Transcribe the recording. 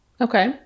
Okay